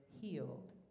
healed